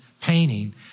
painting